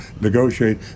negotiate